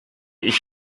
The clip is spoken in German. ich